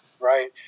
Right